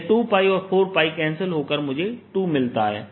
यह 2 और 4 कैंसिल होकर मुझे 2 मिलता है